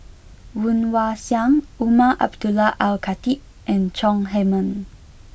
Woon Wah Siang Umar Abdullah Al Khatib and Chong Heman